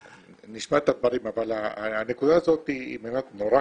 נשמע את הדברים, הנקודה הזו מאוד חשובה,